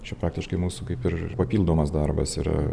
čia praktiškai mūsų kaip ir papildomas darbas yra